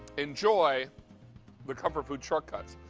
enjoy the comfort food shortcut.